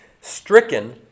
stricken